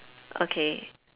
okay